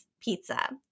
pizza